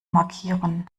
markieren